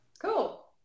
Cool